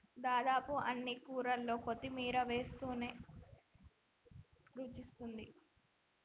దాదాపు అన్ని కూరల్లో కొత్తిమీర వేస్టనే రుచొస్తాది